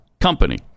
company